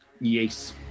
Yes